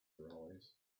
arise